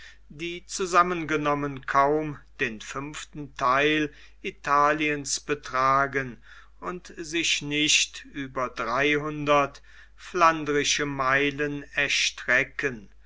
die zusammengenommen kaum den fünften theil italiens betragen und sich nicht über dreihundert flandrische meilen erstrecken